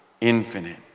infinite